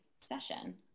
session